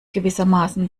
gewissermaßen